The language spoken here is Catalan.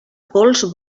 pols